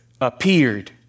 appeared